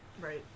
Right